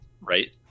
right